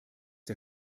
der